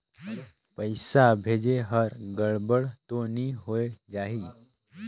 पइसा भेजेक हर गड़बड़ तो नि होए जाही?